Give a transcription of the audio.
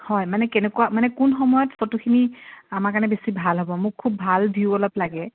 হয় মানে কেনেকুৱা মানে কোন সময়ত ফটোখিনি আমাৰ কাৰণে বেছি ভাল হ'ব মোক খুব ভাল ভিউ অলপ লাগে